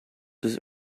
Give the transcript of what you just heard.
does